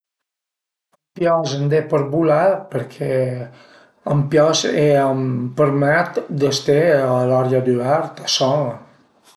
A m'pias andé për bulé perché a m'pias e a m'permèt de ste a l'aria düverta, san-a